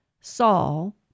Saul